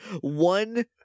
One